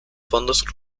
fondos